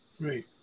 Right